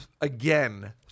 again